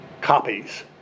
copies